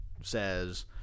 says